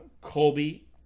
Colby